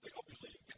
but obviously